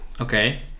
Okay